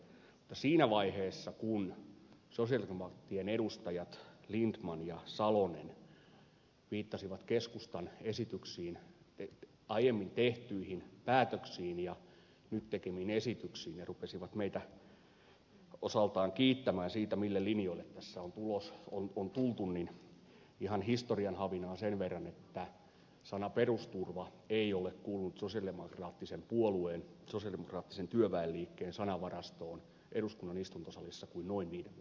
mutta siinä vaiheessa kun sosialidemokraattien edustajat lindtman ja salonen viittasivat keskustan esityksiin aiemmin tehtyihin päätöksiin ja nyt tehtyihin esityksiin ja rupesivat meitä osaltaan kiittämään siitä mille linjoille tässä on tultu niin ihan historian havinaa sen verran että sana perusturva ei ole kuulunut sosialidemokraattisen puolueen sosialidemokraattisen työväenliikkeen sanavarastoon eduskunnan istuntosalissa kuin noin viiden vuoden ajan